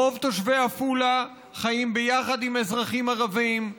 רוב תושבי עפולה חיים ביחד עם אזרחים ערבים,